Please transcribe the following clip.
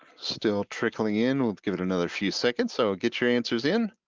still trickling in. we'll give it another few seconds. so get your answers in.